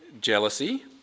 jealousy